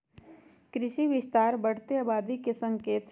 कृषि विस्तार बढ़ते आबादी के संकेत हई